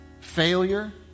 failure